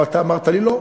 אבל אתה אמרת לי: לא,